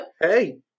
Hey